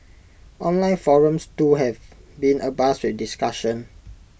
online forums too have been abuzz with discussion